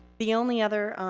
the only other